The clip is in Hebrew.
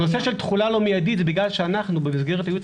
הנושא של תחולה לא מיידית זה בגלל שבמסגרת הייעוץ